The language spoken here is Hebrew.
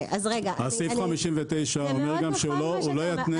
סעיף 59 אומר גם שהוא לא יתנה יבואן